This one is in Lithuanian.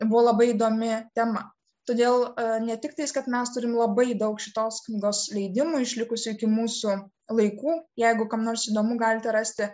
buvo labai įdomi tema todėl ne tik tais kad mes turime labai daug šitos knygos leidimų išlikusių iki mūsų laikų jeigu kam nors įdomu galite rasti